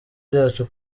byacu